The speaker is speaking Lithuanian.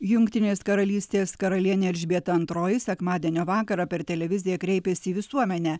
jungtinės karalystės karalienė elžbieta antroji sekmadienio vakarą per televiziją kreipėsi į visuomenę